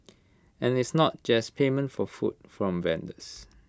and it's not just payment for food from vendors